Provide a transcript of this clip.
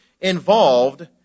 involved